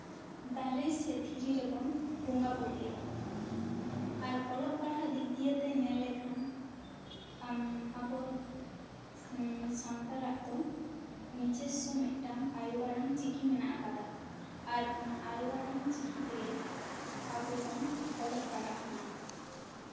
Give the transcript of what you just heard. ᱫᱟᱨᱮ ᱥᱮ ᱫᱷᱤᱨᱤ ᱨᱮᱵᱚᱱ ᱵᱚᱸᱜᱟ ᱵᱳᱨᱳᱭᱟ ᱟᱨ ᱚᱞᱚᱜ ᱯᱟᱲᱦᱟᱣ ᱫᱤᱠ ᱫᱤᱭᱮᱛᱮ ᱧᱮᱞ ᱞᱮᱠᱷᱟᱱ ᱟᱢ ᱟᱵᱚ ᱥᱟᱱᱛᱟᱲᱟᱜ ᱫᱚ ᱱᱤᱡᱚᱥᱥᱚ ᱢᱤᱫᱴᱟᱝ ᱟᱭᱳ ᱟᱲᱟᱝ ᱪᱤᱠᱤ ᱢᱮᱱᱟᱜ ᱟᱠᱟᱫᱟ ᱟᱨ ᱚᱱᱟ ᱟᱭᱳ ᱟᱲᱟᱝ ᱪᱤᱠᱤᱛᱮ ᱟᱵᱚ ᱵᱚᱱ ᱚᱞᱚᱜ ᱯᱟᱲᱦᱟᱜ ᱠᱟᱱᱟ